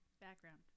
Background